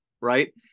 right